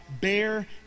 bear